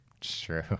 True